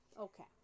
Okay